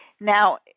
Now